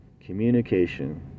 Communication